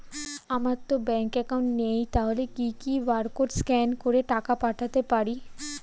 আমারতো bank account নেই তাহলে কি কি বারকোড স্ক্যান করে টাকা পাঠাতে পারি?